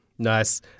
Nice